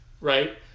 right